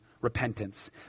repentance